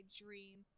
dream